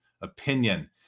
opinion